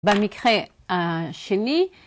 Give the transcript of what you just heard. במקרה השני.